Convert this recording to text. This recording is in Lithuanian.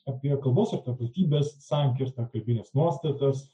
apie kalbos ir tapatybės sankirtą kalbines nuostatas